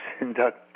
induct